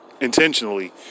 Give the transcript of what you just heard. intentionally